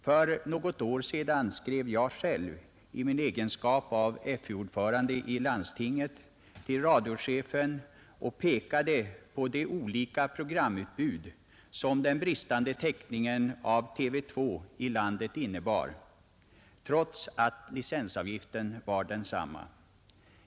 För något år sedan skrev jag själv i min egenskap av FU-ordförande i landstinget till radiochefen och pekade på de olika programutbud som den bristande täckningen av TV 2 i landet innebar trots att licensavgiften var densamma.